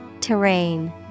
Terrain